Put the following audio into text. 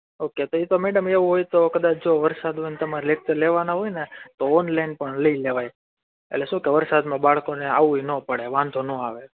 okay તો ઈ તો મેડમ એવું હોય તો કદાચ જો વરસાદ હોય ને તમારે લેક્ચર લેવાના હોય ને તો ઓનલાઈન પણ લઈ લેવાય એટલે શું કે વરસાદમાં બાળકોને આવુંએ નો પડે વાંધો નો આવે